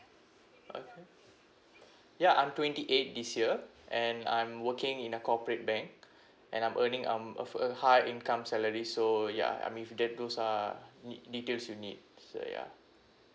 okay ya I'm twenty eight this year and I'm working in a corporate bank and I am earning um of a high income salary so ya I I mean if that those are need details you need so ya